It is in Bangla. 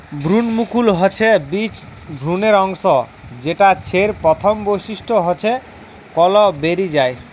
ভ্রূণমুকুল হচ্ছে বীজ ভ্রূণের অংশ যেটা ছের প্রথম বৈশিষ্ট্য হচ্ছে কল বেরি যায়